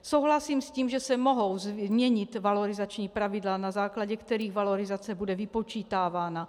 Souhlasím s tím, že se mohou změnit valorizační pravidla, na základě kterých valorizace bude vypočítávána.